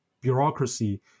bureaucracy